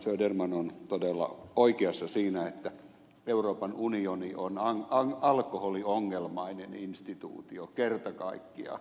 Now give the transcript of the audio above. söderman on todella oikeassa siinä että euroopan unioni on alkoholiongelmainen instituutio kerta kaikkiaan